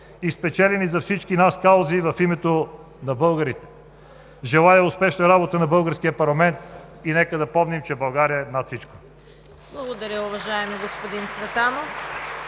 и спечелени за всички нас каузи в името на българите. Желая успешна работа на българския парламент и нека да помним, че България е над всичко! (Ръкопляскания от